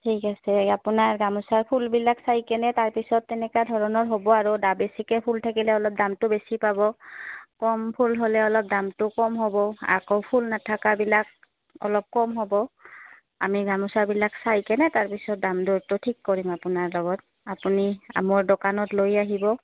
ঠিক আছে আপোনাৰ গামোচা ফুলবিলাক চাইকেনে তাৰপিছত তেনেকুৱা ধৰণৰ হ'ব আৰু দা বেছিকে ফুল থাকিলে অলপ দামটো বেছি পাব কম ফুল হ'লে অলপ দামটো কম হ'ব আকৌ ফুল নাথকাবিলাক অলপ কম হ'ব আমি গামোচাবিলাক চাইকেনে তাৰপিছত দাম দটো ঠিক কৰিম আপোনাৰ লগত আপুনি মোৰ দোকানত লৈ আহিব